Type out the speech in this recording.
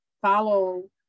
follow